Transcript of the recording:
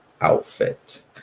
outfit